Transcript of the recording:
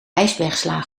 ijsbergsla